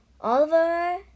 Oliver